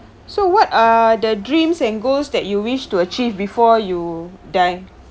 so what are the dreams and goals that you wish to achieve before you die